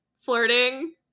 flirting